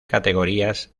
categorías